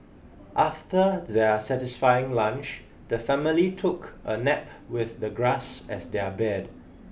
after their satisfying lunch the family took a nap with the grass as their bed